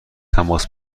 تماس